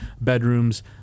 bedrooms